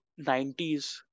90s